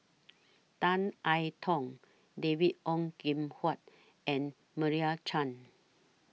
Tan I Tong David Ong Kim Huat and Meira Chand